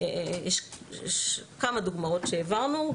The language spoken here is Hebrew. יש כמה דוגמאות שהעברנו.